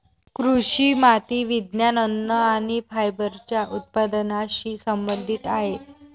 कृषी माती विज्ञान, अन्न आणि फायबरच्या उत्पादनाशी संबंधित आहेत